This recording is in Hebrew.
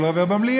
זה לא עובר במליאה,